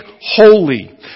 holy